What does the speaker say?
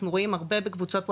אנחנו רואים הרבה בקבוצות ווטסאפ,